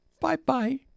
bye-bye